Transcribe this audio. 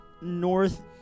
north